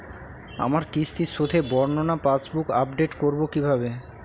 আমার কিস্তি শোধে বর্ণনা পাসবুক আপডেট করব কিভাবে?